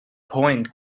point